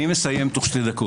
אני מסיים תוך שתי דקות.